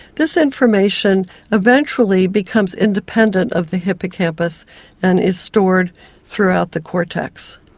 this information eventually becomes independent of the hippocampus and is stored throughout the cortex.